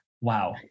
wow